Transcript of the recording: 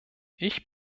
ich